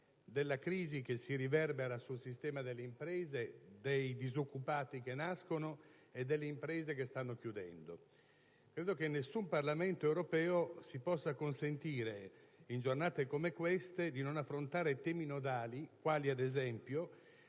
della crisi che si riverbera sul sistema delle imprese, dei disoccupati che nascono e delle imprese che stanno chiudendo. Credo che in nessun Parlamento europeo si possa consentire, in giornate come queste, di non affrontare temi nodali, quali, ad esempio,